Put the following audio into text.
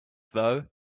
though